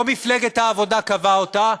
לא מפלגת העבודה קבעה אותה,